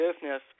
business